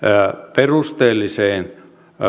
perusteelliseen